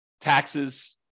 taxes